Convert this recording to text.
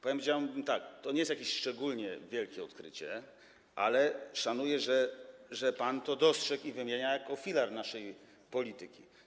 Powiedziałbym tak: to nie jest jakieś szczególnie wielkie odkrycie, ale szanuję, że pan to dostrzegł i wymienia jako filar naszej polityki.